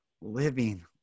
living